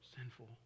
sinful